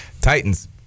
Titans